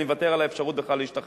אני מוותר בכלל על האפשרות להשתחרר.